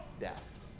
death